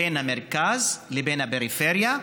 בין המרכז לבין הפריפריה.